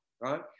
right